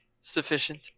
sufficient